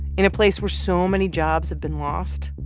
in a place where so many jobs have been lost,